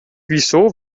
wieso